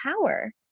power